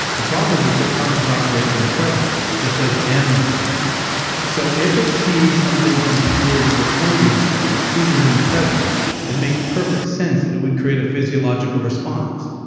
the problem is your subconscious operates in the present, just like the animal brain so if it sees something from ten years ago, twenty years ago, and it sees it in the present, it makes perfect sense it it would create a physiological response.